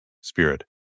spirit